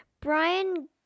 Brian